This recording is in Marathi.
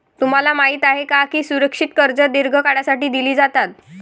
तुम्हाला माहित आहे का की सुरक्षित कर्जे दीर्घ काळासाठी दिली जातात?